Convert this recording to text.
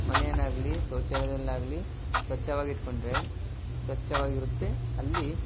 ಮನೇನ್ನ ಆಗಲಿ ಶೌಚಾಲಯದಲ್ಲಾಗ್ಲಿ ಸ್ವಚ್ಛವಾಗಿಟ್ಟುಕೊಂಡ್ರೆ ಸ್ವಚ್ಛವಾಗಿರುತ್ತೆ ಅಲ್ಲಿ